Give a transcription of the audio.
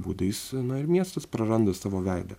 būdais na ir miestas praranda savo veidą